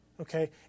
okay